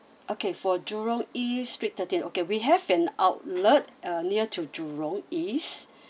okay for jurong east street thirteen okay we have an outlet uh near to jurong east